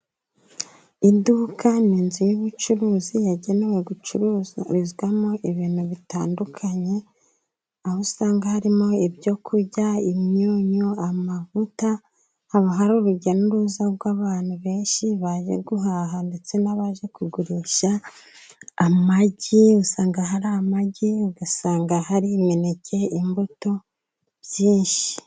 Iduka n'inzu y'ubucuruzi yagenewe gucuruzarizwamo ibintu bitandukanye, aho usanga harimo ibyo kurya imyunyu amavutaba hari urujya n'uruza rw'abantu benshi bajya guhaha ndetse n'abaje kugurisha amagi, usanga hari amagi ugasanga hari imineke imbuto byinshi.